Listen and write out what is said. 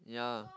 yeah